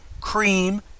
cream